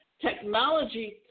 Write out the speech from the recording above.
technology